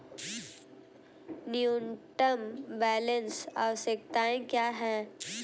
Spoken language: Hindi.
न्यूनतम बैलेंस आवश्यकताएं क्या हैं?